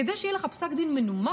כדי שיהיה לך פסק דין מנומק,